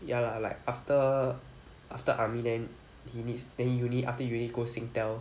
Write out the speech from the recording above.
ya lah like after after army then he need then he uni after uni go singtel